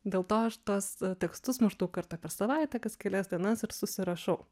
dėl to aš tuos tekstus maždaug kartą per savaitę kas kelias dienas ir susirašau